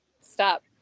Stop